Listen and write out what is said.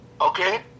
Okay